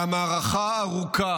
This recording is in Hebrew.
המערכה ארוכה,